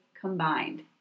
combined